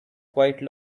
quite